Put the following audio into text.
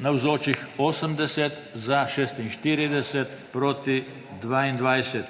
glasovalo 45.) (Proti 15.)